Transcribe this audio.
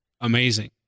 amazing